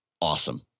awesome